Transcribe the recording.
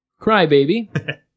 Crybaby